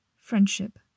friendship